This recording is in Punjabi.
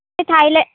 ਅਤੇ ਥਾਈਲੈਂ